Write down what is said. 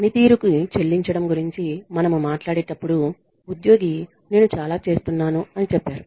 పనితీరుకి చెల్లించడం గురించి మనము మాట్లాడేటప్పుడు ఉద్యోగి నేను చాలా చేస్తున్నాను అని చెప్పారు